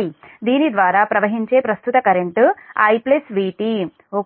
I దీని ద్వారా ప్రవహించే ప్రస్తుత కరెంట్ I Vt ఓకే